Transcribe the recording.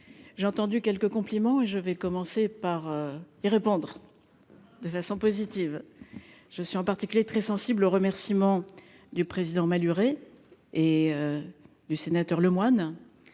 j'ai entendu quelques compliments et je vais commencer par y répondre de façon positive, je suis en particulier, très sensible aux remerciements du président Maluret et du sénateur Lemoine